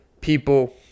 people